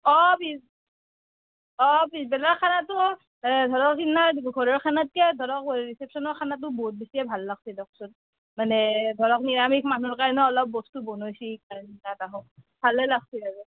অঁ অঁ পিছবেলাৰ খানাটো মই সেই ধৰক সেইদিনা ঘৰৰ খানাতকৈ ধৰক ৰিচিপশ্যনৰ খানাটো বহুত বেছিয়ে ভাল লাগছে দিয়কচোন মানে ধৰক নিৰামিষ মানুহৰ কাৰণে অলপ বস্তু বনাইছি ভালেই লাগছি আৰু